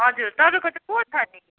हजुर तपाईँको त को छ नि